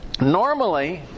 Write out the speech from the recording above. Normally